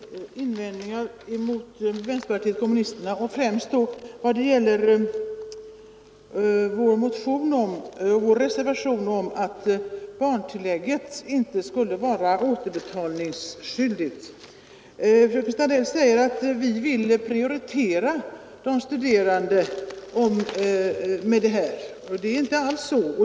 Herr talman! Jag vill bemöta fröken Sandells invändningar mot vänsterpartiet kommunisterna, främst vad gäller vår reservation om att barntillägget inte skulle vara återbetalningsskyldigt. Fröken Sandell säger att vi vill prioritera de studerande med detta förslag. Det är inte alls så.